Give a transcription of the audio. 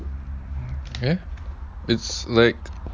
eh it's like